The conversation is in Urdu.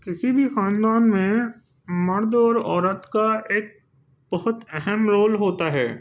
کسی بھی خاندان میں مرد اور عورت کا ایک بہت اہم رول ہوتا ہے